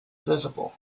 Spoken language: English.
visible